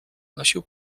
nosił